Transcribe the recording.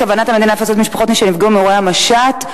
כוונת המדינה לפצות משפחות שנפגעו מאירועי המשט,